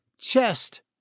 chest